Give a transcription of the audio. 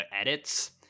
edits